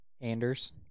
Anders